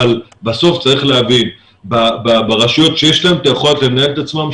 אבל בסוף צריך להבין שברשויות שיש להן את היכולת לנהל את עצמן,